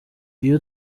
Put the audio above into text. iyo